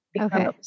okay